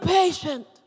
patient